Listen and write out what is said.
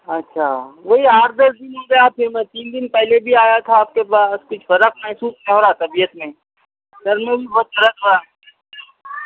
اچھا وہی آٹھ دس دن ہو گیا پھر میں دن پہلے بھی آیا تھا آپ کے پاس کچھ فرق محسوس نہیں ہو رہا طبیعت میں سر میں بھی بہت درد ہو رہا